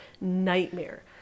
nightmare